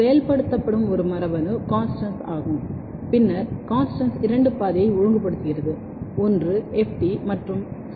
செயல்படுத்தப்படும் ஒரு மரபணு CONSTANS T ஆகும் பின்னர் CONSTANS T இரண்டு பாதையை செயல்படுத்துகிறது ஒன்று FT மற்றும் SOC1